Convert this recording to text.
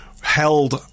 held